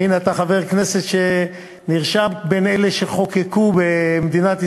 והנה אתה חבר כנסת שנרשם בין אלה שחוקקו במדינת ישראל.